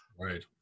Right